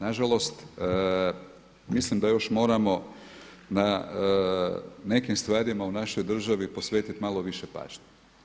Nažalost, mislim da još moramo na nekim stvarima u našoj državi posvetiti malo više pažnje.